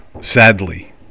sadly